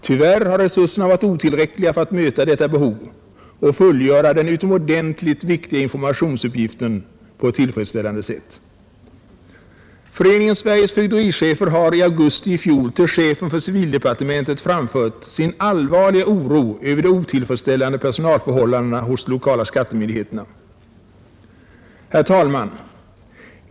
Tyvärr har resurserna varit otillräckliga för att möta detta behov och fullgöra den utomordentligt viktiga informationsuppgiften på ett tillfredsställande sätt. Föreningen Sveriges fögderichefer har i augusti i fjol till chefen för civildepartementet framfört sin allvarliga oro över de otillfredsställande personalförhållandena hos de lokala skattemyndigheterna. Herr talman!